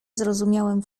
zrozumiałem